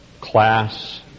Class